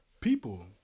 people